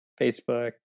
Facebook